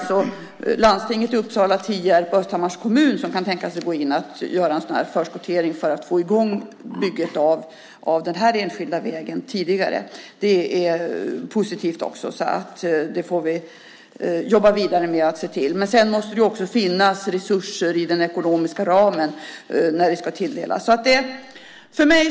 Det är landstinget i Uppsala samt Tierps och Östhammars kommuner som kan tänka sig att gå in och göra en förskottering för att få i gång bygget av den här enskilda vägen tidigare. Det är positivt. Vi får jobba vidare med detta. Sedan måste det också finnas resurser att tilldela i den ekonomiska ramen.